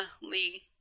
Lee